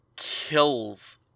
kills